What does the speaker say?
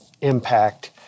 impact